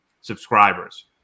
subscribers